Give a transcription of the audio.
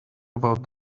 about